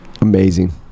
amazing